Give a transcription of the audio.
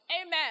Amen